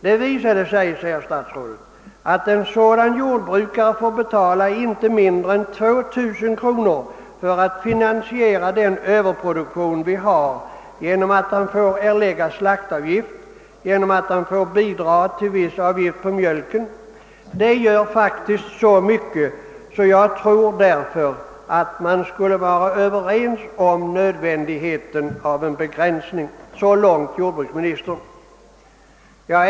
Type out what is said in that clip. Det visade sig» — säger statsrådet — »att en sådan jordbrukare får betala inte mindre än tvåtusen kronor för att finansiera den överproduktion vi har genom att han får erlägga slaktavgift och genom att han får bidra till viss avgift för mjölk. Det gör faktiskt så mycket, så jag tror Åtgärder för att åstadkomma bärkraftiga och effektiva familjejordbruk därför att man skulle vara överens om nödvändigheten av en begränsning.» Så långt jordbruksministern.